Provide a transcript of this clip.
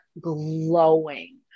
glowing